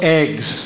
eggs